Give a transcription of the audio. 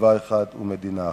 צבא אחד ומדינה אחת.